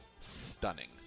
stunning